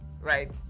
right